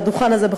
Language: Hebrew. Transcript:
על הדוכן הזה,